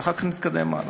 ואחר כך נתקדם הלאה.